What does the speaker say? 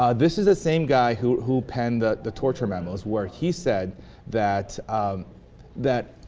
um this is the same guy who who hand that the torture memos where he said that um that